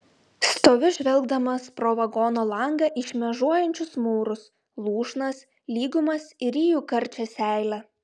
stoviu žvelgdamas pro vagono langą į šmėžuojančius mūrus lūšnas lygumas ir ryju karčią seilę